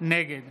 נגד